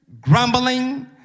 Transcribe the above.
grumbling